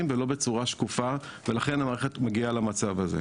ולא בצורה שקופה ולכן המערכת מגיעה למצב הזה.